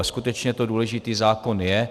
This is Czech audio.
A skutečně to důležitý zákon je.